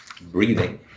breathing